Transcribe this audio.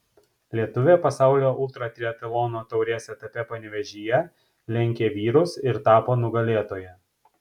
lietuvė pasaulio ultratriatlono taurės etape panevėžyje lenkė vyrus ir tapo nugalėtoja